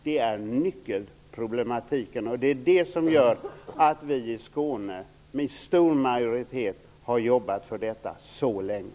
Detta är nyckelproblematiken, och det är den som gör att vi i Skåne med stor majoritet har jobbat för detta så länge.